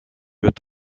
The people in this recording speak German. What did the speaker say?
wird